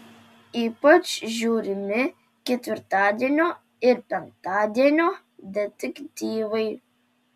ypač žiūrimi ketvirtadienio ir penktadienio detektyvai